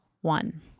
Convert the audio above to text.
one